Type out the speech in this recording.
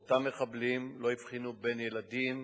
אותם מחבלים לא הבחינו בין ילדים,